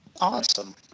Awesome